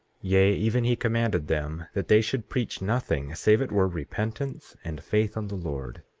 yea, even he commanded them that they should preach nothing save it were repentance and faith on the lord,